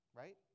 right